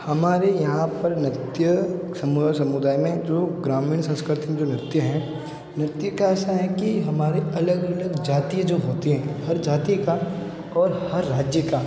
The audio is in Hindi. हमारे यहाँ पर नृत्य समूह और समुदाय में जो ग्रामीण संस्कृति जो नृत्य हैं नृत्य का ऐसा है कि हमारे अलग अलग जातियाँ जो होती हैं हर जाति का और हर राज्य का